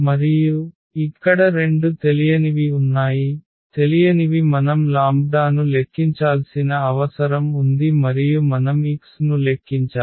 మరియు ఇక్కడ రెండు తెలియనివి ఉన్నాయి తెలియనివి మనం లాంబ్డాను లెక్కించాల్సిన అవసరం ఉంది మరియు మనం x ను లెక్కించాలి